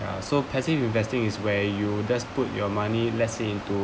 ya so passive investing is where you just put your money let's say into